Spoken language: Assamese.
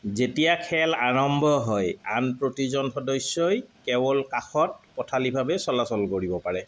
যেতিয়া খেল আৰম্ভ হয় আন প্ৰতিজন সদস্যই কেৱল কাষত পথালিভাৱে চলাচল কৰিব পাৰে